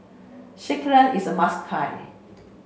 Sekihan is a must